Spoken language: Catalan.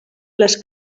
les